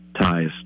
ties